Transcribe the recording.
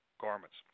garments